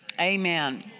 Amen